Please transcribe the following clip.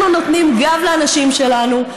אנחנו נותנים גב לאנשים שלנו.